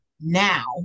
now